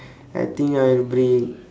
I think I'll bring